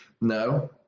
No